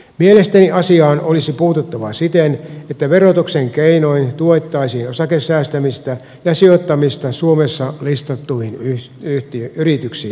mielestäni asiaan olisi puututtava siten että verotuksen keinoin tuettaisiin osakesäästämistä ja sijoittamista suomessa listattuihin yrityksiin